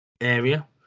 area